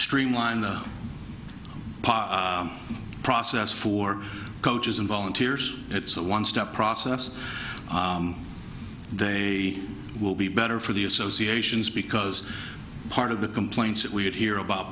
streamline the process for coaches and volunteers it's a one step process they will be better for the associations because part of the complaints that we had here about